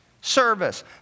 service